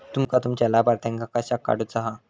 तुमका तुमच्या लाभार्थ्यांका कशाक काढुचा हा?